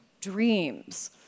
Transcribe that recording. dreams